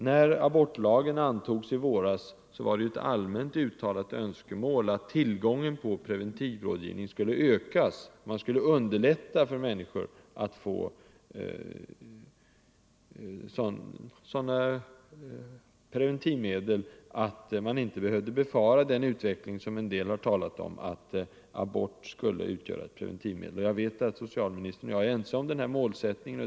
När abortlagen antogs i våras var det ett allmänt uttalat önskemål att tillgången till preventivmedelsrådgivning skulle ökas. Man skulle underlätta för människor att få preventivmedel så att man inte behövde befara att abort skulle komma att fungera som preventivmedel. Jag vet att socialministern och jag är ense om denna målsättning.